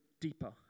deeper